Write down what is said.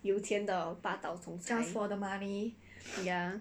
有钱的霸道总裁 ya